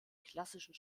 klassischen